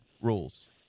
rules